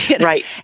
right